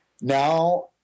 Now –